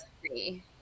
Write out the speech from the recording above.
three